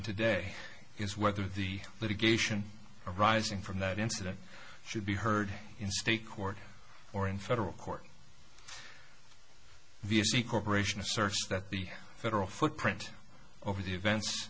today is whether the litigation arising from that incident should be heard in state court or in federal court v s e corporation asserts that the federal footprint over the events